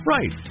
Right